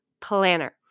planner